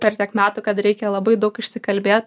per tiek metų kad reikia labai daug išsikalbėt